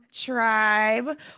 Tribe